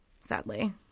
Sadly